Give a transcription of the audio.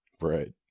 right